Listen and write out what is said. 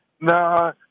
nah